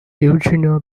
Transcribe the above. eugenio